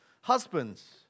Husbands